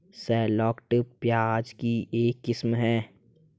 shallots, प्याज की एक किस्म है